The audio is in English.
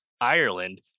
ireland